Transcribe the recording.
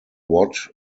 what